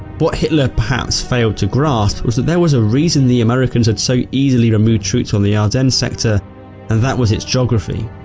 what hitler perhaps failed to grasp was that there was a reason the americans had so easily removed troops from the ardennes sector and that was its geography.